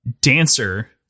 dancer